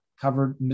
covered